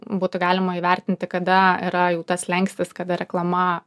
būtų galima įvertinti kada yra jau tas slenkstis kada reklama